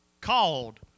Called